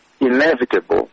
inevitable